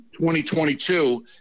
2022